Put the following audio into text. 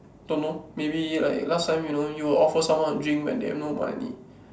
don't know maybe like last time you know you offer someone a drink when they have no money